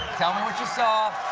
tell me what you saw.